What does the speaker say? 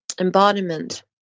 embodiment